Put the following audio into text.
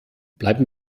bleiben